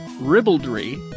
ribaldry